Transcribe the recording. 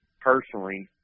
personally